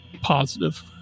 positive